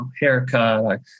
haircut